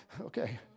Okay